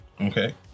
Okay